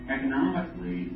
economically